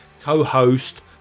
co-host